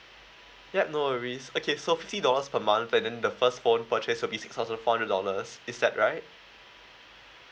yup no worries okay so fifty dollars per month and then the first phone purchase will be six thousand four hundred dollars is that right